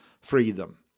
freedom